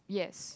yes